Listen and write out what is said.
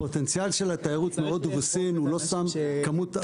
הפוטנציאל של התיירות מהודו וסין הוא לא שם כמות,